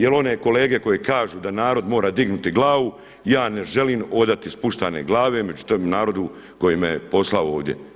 Jer one kolege koje kažu da narod mora dignuti glavu ja ne želim hodati spuštene glave među tim narodom koji me poslao ovdje.